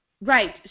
Right